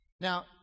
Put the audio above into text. Now